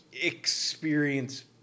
experience